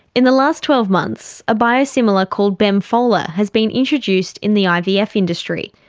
in the last twelve months, a biosimilar called bemfola has been introduced in the ivf the ivf industry.